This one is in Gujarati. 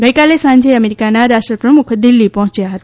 ગઇકાલે સાંજે અમેરીકાના રાષ્ટ્ર પ્રમુખ દિલ્ફી પહોંચ્યા હતા